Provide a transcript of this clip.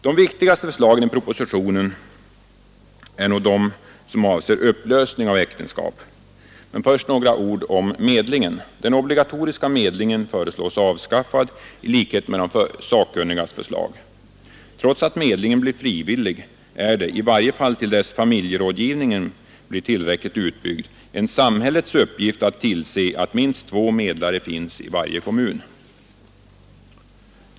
De viktigaste förslagen i propositionen är nog de som avser upplösning av äktenskap. Först några ord om medlingen. Den obligatoriska medlingen föreslås avskaffad, vilket överensstämmer med de sakkunnigas förslag. Trots att medlingen blir frivillig är det — i varje fall till dess familjerådgivningen blir tillräckligt utbyggd — en samhällets uppgift att tillse att minst två medlare finns i varje kommun.